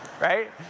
right